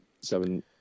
seven